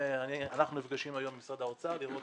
אנחנו נפגשים היום עם משרד האוצר לראות